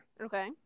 Okay